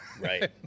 Right